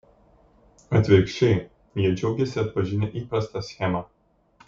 atvirkščiai jie džiaugiasi atpažinę įprastą schemą